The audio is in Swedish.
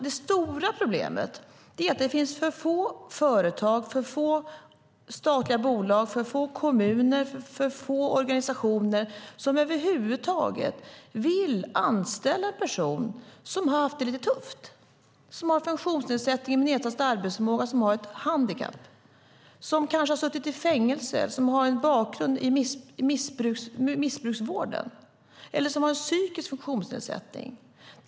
Det stora problemet är att det finns för få företag, för få statliga bolag, för få kommuner och för få organisationer som över huvud taget vill anställa en person som har haft det lite tufft, som har en funktionsnedsättning med nedsatt arbetsförmåga, som har ett handikapp, som kanske har suttit i fängelse, som har en bakgrund i missbruksvården eller som har en psykisk funktionsnedsättning.